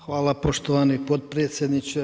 Hvala poštovani potpredsjedniče.